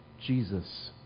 Jesus